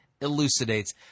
elucidates